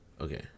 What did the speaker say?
Okay